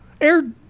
Air